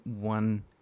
one